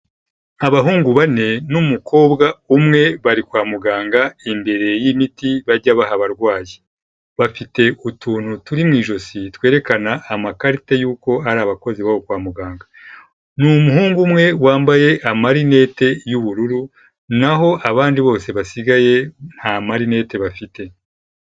Abahungu bane n'umukobwa umwe bari kwa muganga imbere y'imiti bajya baha abarwayi. Bafite utuntu turi mu ijosi twerekana amakarite y'uko ari abakozi b'aho kwa muganga. Ni umuhungu umwe wambaye amarinete y'ubururu, naho abandi bose basigaye nta marinete bafite.